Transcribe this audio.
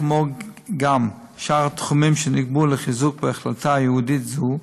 כמו גם שאר התחומים שנקבעו לחיזוק בהחלטה ייעודית זו,